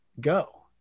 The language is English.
go